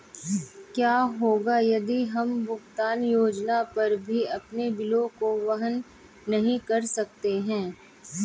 क्या होगा यदि हम भुगतान योजना पर भी अपने बिलों को वहन नहीं कर सकते हैं?